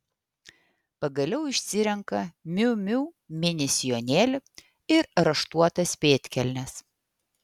pagaliau išsirenka miu miu mini sijonėlį ir raštuotas pėdkelnes